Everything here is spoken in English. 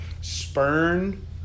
Spurn